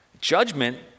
Judgment